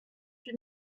huit